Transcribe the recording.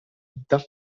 vita